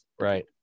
right